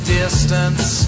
distance